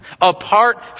Apart